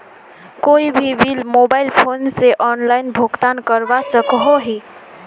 कोई भी bill mobile phone से ऑनलाइन भुगतान करवा सकोहो ही?